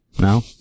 No